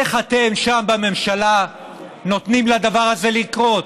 איך אתם שם, בממשלה, נותנים לדבר הזה לקרות?